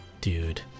Dude